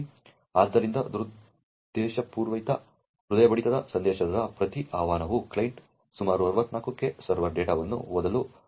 ಆದ್ದರಿಂದ ದುರುದ್ದೇಶಪೂರಿತ ಹೃದಯ ಬಡಿತ ಸಂದೇಶದ ಪ್ರತಿ ಆಹ್ವಾನವು ಕ್ಲೈಂಟ್ ಸುಮಾರು 64K ಸರ್ವರ್ ಡೇಟಾ ವನ್ನು ಓದಲು ಅನುಮತಿಸುತ್ತದೆ